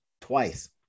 twice